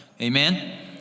amen